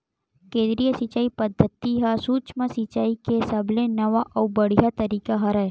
केदरीय सिचई पद्यति ह सुक्ष्म सिचाई के सबले नवा अउ बड़िहा तरीका हरय